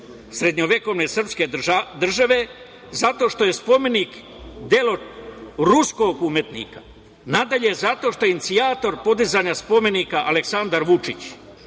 srednjovekovne srpske države, zato što je spomenik delo ruskog umetnika, nadalje, zato što je inicijator podizanja spomenika Aleksandar Vučić